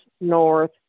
north